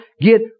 get